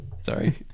Sorry